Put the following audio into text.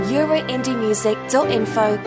EuroindieMusic.info